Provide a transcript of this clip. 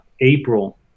april